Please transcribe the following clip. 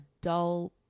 dull